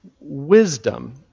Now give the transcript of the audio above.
Wisdom